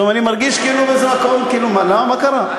פתאום אני מרגיש כאילו זה הכול מה קרה?